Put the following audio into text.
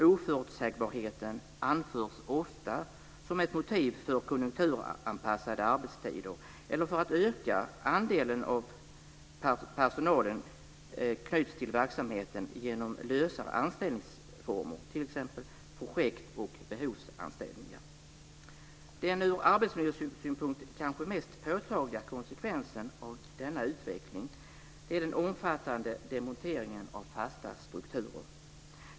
Oförutsägbarheten anförs ofta som ett motiv för konjunkturanpassade arbetstider eller för att en ökad andel av personalen knyts till verksamheten genom lösare anställningsformer, t.ex. projekt och behovsanställningar. Den ur arbetsmiljösynpunkt kanske mest påtagliga konsekvensen av denna utveckling är den omfattande demonteringen av fasta strukturer.